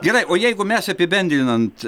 gerai o jeigu mes apibendrinant